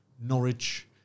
Norwich